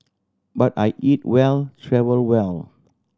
but I eat well travel well